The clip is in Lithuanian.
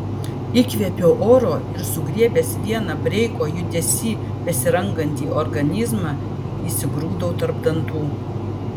įkvėpiau oro ir sugriebęs vieną breiko judesy besirangantį organizmą įsigrūdau tarp dantų